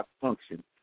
function